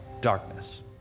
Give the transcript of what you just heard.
darkness